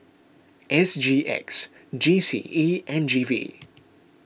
S G X G C E and G V